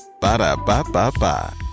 Ba-da-ba-ba-ba